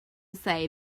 say